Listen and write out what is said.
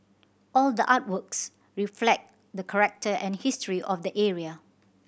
all the artworks reflect the character and history of the area